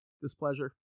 Displeasure